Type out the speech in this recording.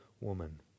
woman